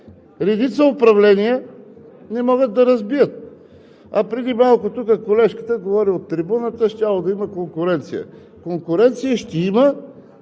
редица управления не могат да разбият! А преди малко тук колежката говори от трибуната – щяло да има конкуренция. Конкуренция ще има,